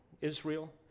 Israel